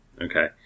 Okay